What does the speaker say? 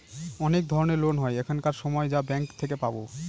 অনেক ধরনের লোন হয় এখানকার সময় যা ব্যাঙ্কে থেকে পাবো